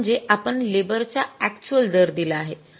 ते म्हणजे आपण लेबर चा अक्चुअल दर दिला आहे